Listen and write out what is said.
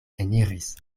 eniris